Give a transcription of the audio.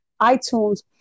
iTunes